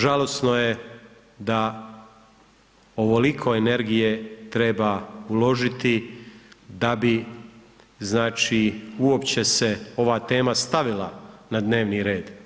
Žalosno je da ovoliko energije treba uložiti da bi znači uopće se ova tema stavila na dnevni red.